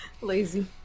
lazy